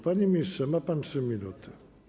Panie ministrze, ma pan 3 minuty.